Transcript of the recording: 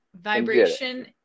Vibration